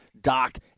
Doc